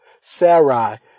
Sarah